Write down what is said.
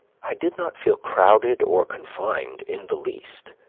i did not feel crowded or confined in the least.